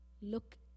Look